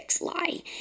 lie